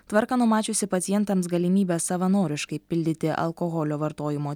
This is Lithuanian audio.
tvarka numačiusi pacientams galimybę savanoriškai pildyti alkoholio vartojimo